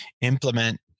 implement